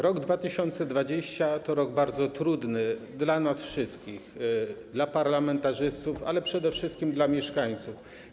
Rok 2020 to rok bardzo trudny dla nas wszystkich, dla parlamentarzystów, ale przede wszystkim dla mieszkańców.